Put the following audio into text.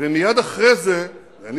ומייד אחרי זה, ואתה מקשיב?